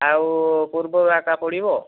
ଆଉ ପୂର୍ବ ପଡ଼ିବ